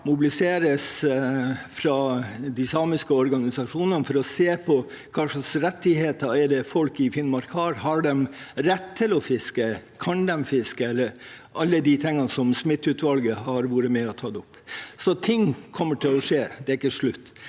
mobiliseres fra de samiske organisasjonene for å se på hva slags rettigheter folk i Finnmark har – om de har rett til å fiske, om de kan fiske, alle de tingene Smith-utvalget har vært med på å ta opp – så ting kommer til å skje. Det er ikke slutt.